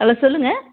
hello சொல்லுங்கள்